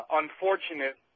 unfortunate